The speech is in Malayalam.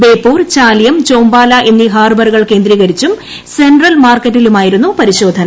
ബേപ്പൂർ ചാലിയം ചോമ്പാല എന്നീ ഹാർബറുകൾ കേന്ദ്രീകരിച്ചും സെൻട്രൽ മാർക്കറ്റിലുമായിരുന്നു പരിശോധന